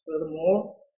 furthermore